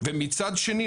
ומצד שני,